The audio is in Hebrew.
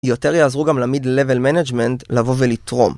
יותר יעזרו גם לmid level- management לבוא ולתרום